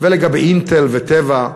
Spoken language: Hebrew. ולגבי "אינטל" ו"טבע".